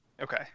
Okay